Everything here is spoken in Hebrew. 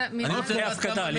אני רוצה לדעת כמה..